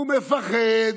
הוא מפחד.